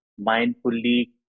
mindfully